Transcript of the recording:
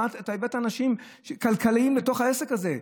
אתה הבאת אנשים כלכליים לתוך העסק הזה.